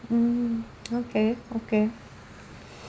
mm okay okay